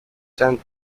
sent